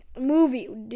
movie